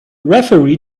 referee